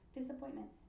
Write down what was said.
disappointment